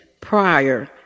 prior